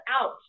out